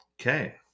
Okay